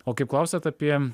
o kaip klausėt apie